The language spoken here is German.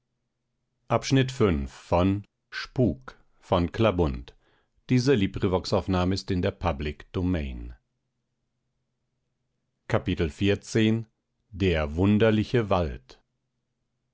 taube in der hand